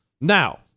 Now